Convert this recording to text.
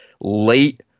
late